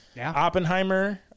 Oppenheimer